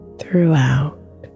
throughout